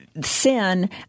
sin